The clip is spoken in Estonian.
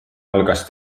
algas